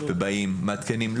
מעדכנים.